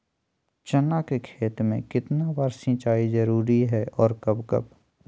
चना के खेत में कितना बार सिंचाई जरुरी है और कब कब?